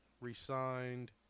re-signed